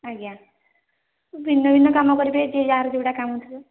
ଆଜ୍ଞା ଭିନ୍ନ ଭିନ୍ନ କାମ କରିବେ ଯିଏ ଯାହାର ଯେଉଁଟା କାମ ଥିବ